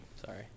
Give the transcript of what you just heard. Sorry